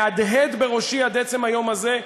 מהדהד בראשי עד עצם היום הזה.